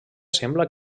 sembla